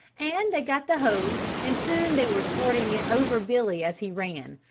and they got the hose and soon they were squirting it over billy as he ran,